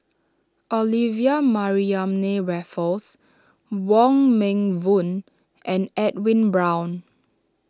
Olivia Mariamne Raffles Wong Meng Voon and Edwin Brown